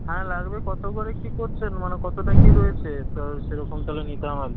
হ্যাঁ লাগবে কত করে কি করছেন মানে কতটা কি রয়েছে তো সেরকম তাহলে নিতাম আর কি